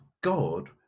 God